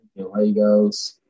Legos